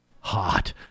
Hot